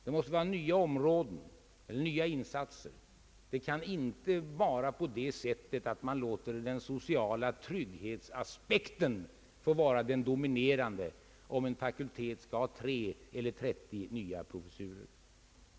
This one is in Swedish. Det måste gälla nya områden eller nya insatser. Det kan inte vara på det sättet, att man låter den sociala trygghetsaspekten få vara den dominerande om en fakultet skall ha tre eller trettio nya professurer.